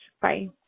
Bye